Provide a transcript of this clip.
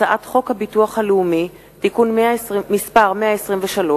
הצעת חוק הביטוח הלאומי (תיקון מס' 123)